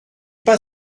pas